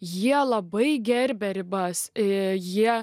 jie labai gerbia ribas ir jie